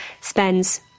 spends